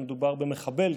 שמדובר במחבל,